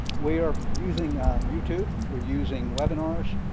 we are using youtube, we're using webinars,